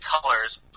colors